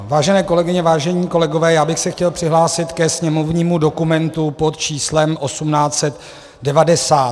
Vážené kolegyně, vážení kolegové, já bych se chtěl přihlásit ke sněmovnímu dokumentu pod číslem 1890.